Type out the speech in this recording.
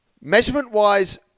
Measurement-wise